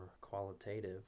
qualitative